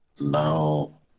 now